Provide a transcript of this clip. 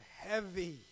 heavy